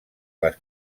les